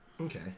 Okay